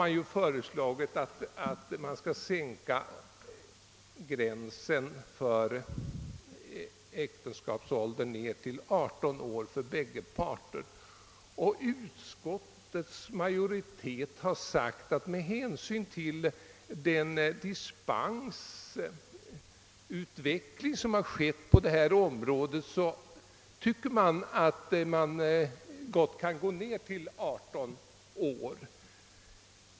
Det har föreslagits att åldersgränsen för ingående av äktenskap skall sättas vid 18 år för båda parter. Utskottets majoritet har ansett att man med hänsyn till dispensutvecklingen på detta område gott kan sänka denna gräns till 18 år.